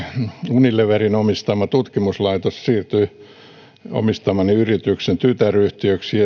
unileverin omistama tutkimuslaitos siirtyi omistamani yrityksen tytäryhtiöksi